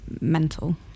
mental